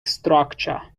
structure